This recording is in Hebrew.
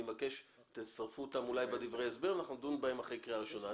אני מבקש שתצטרפו אותם אולי בדברי ההסבר ונדון בהם אחרי הקריאה הראשונה.